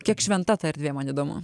kiek šventa ta erdvė man įdomu